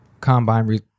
combine